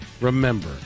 remember